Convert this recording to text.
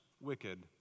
wicked